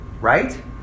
Right